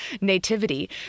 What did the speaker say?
nativity